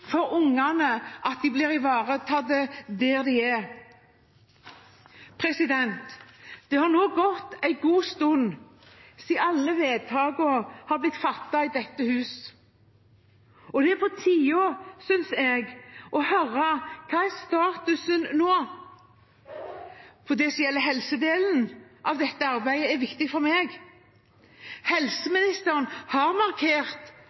for ungene, at de blir ivaretatt der de er. Det har nå gått en god stund siden alle vedtakene ble fattet i dette hus. Det er på tide, synes jeg, å få høre hva statusen er nå. Det som gjelder helsedelen av dette arbeidet, er viktig for meg. Helseministeren har markert